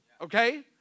Okay